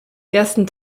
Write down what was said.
ersten